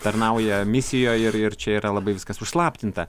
tarnauja misijoj ir ir čia yra labai viskas užslaptinta